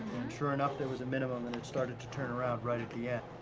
sure enough there was a minimum and it started to turn around right at the yeah